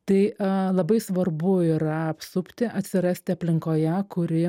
tai labai svarbu yra apsupti atsirasti aplinkoje kuri